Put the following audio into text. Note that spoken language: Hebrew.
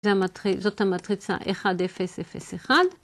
זאת המטריצה 1, 0, 0, 1.